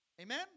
Amen